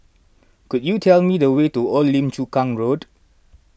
could you tell me the way to Old Lim Chu Kang Road